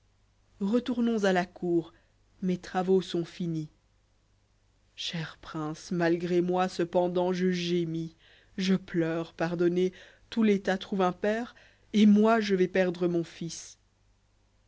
retournons à la cour mes travaux sont finis cher prince malgré moi cependant je gémis je pleure pardonnez tout l'é tat trouve un père et moi je vais perdre taon fils